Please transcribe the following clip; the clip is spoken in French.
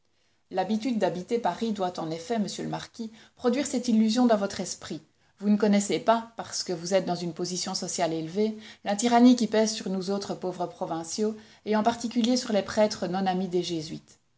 l'habitude d'habiter paris doit en effet m le marquis produire cette illusion dans votre esprit vous ne connaissez pas parce que vous êtes dans une position sociale élevée la tyrannie qui pèse sur nous autres pauvres provinciaux et en particulier sur les prêtres non amis des jésuites